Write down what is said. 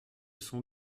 sont